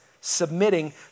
submitting